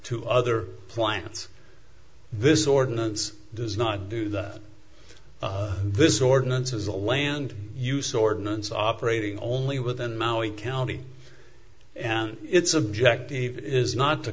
to other plants this ordinance does not do that this ordinance is a land use ordinance operating only within maui county and its objective is not t